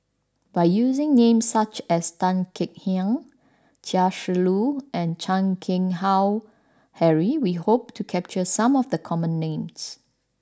by using names such as Tan Kek Hiang Chia Shi Lu and Chan Keng Howe Harry we hope to capture some of the common names